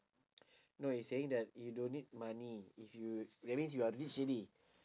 no it's saying that you don't need money if you that means you are rich already